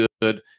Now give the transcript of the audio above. good